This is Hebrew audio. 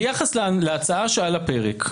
ביחס להצעה שעל הפרק,